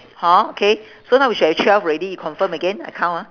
hor K so now we should have twelve already you confirm again I count ah